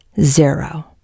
zero